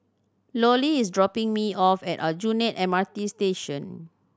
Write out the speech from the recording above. Lollie is dropping me off at Aljunied M R T Station